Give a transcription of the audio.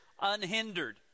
unhindered